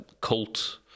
cult